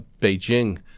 Beijing